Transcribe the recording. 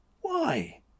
Why